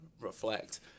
reflect